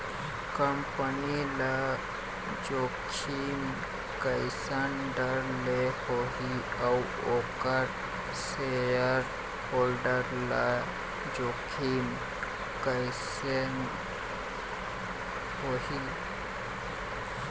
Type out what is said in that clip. Company ल जोखिम कइसन ढंग ले होही अउ ओखर सेयर होल्डर ल जोखिम कइसने होही?